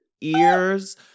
ears